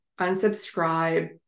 unsubscribe